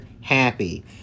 happy